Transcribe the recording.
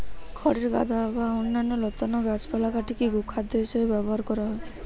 খড়ের গাদা বা অন্যান্য লতানা গাছপালা কাটিকি গোখাদ্য হিসেবে ব্যবহার করা হয়